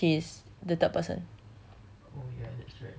no she is the third person